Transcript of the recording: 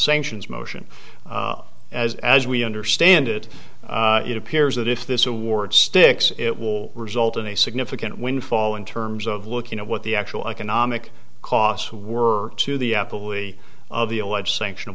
sanctions motion as as we understand it it appears that if this award sticks it will result in a significant windfall in terms of looking at what the actual economic costs were to the apple we of the allege sanction